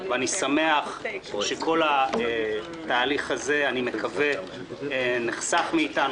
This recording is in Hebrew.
אני מקווה ושמח שכל התהליך נחסך מאתנו.